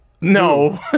No